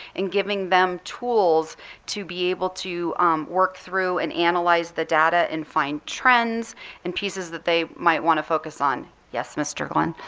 and giving them tools to be able to work through and analyze the data and find trends and pieces that they might want to focus on. yes, mr. quinn?